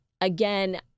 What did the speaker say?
again